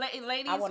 ladies